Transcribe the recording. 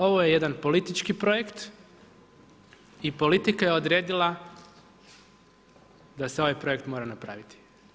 Ovo je jedan politički projekt i politika je odredila da se ovaj projekt mora napraviti.